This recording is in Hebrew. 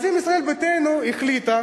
אז אם ישראל ביתנו החליטה,